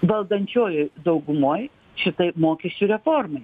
valdančiojoj daugumoj šitai mokesčių reformai